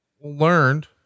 learned